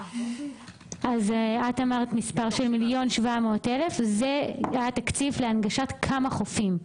אז את אמרת מספר של 1.7 מיליון זה התקציב להנגשת כמה חופים?